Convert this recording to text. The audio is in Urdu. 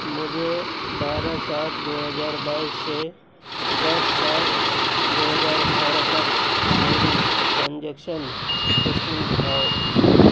مجھے بارہ سات دو ہزار بائیس سے دس سات دو ہزار اٹھارہ تک میری ٹرانجیکشن ہسٹری دکھاؤ